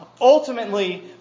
ultimately